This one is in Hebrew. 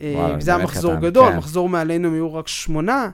וזה היה מחזור גדול, מחזור מעלינו הם היו רק שמונה.